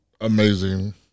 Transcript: amazing